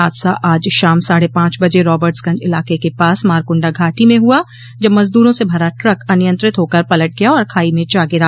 हादसा आज शाम साढ़े पांच बजे रार्बट्सगंज इलाके के पास मारकुंडा घाटी में हुआ जब मजदूरों से भरा ट्रक अनियंत्रित होकर पलट गया और खाई में जा गिरा